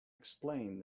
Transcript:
explained